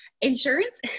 insurance